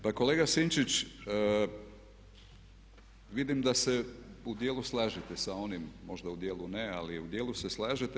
Pa kolega Sinčić vidim da se u dijelu slažete sa onim, možda u dijelu ne ali u dijelu se slažete.